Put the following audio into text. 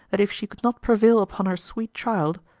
that if she could not prevail upon her sweet child,